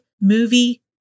movie